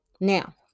now